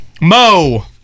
Mo